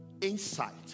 insight